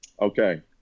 Okay